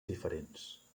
diferents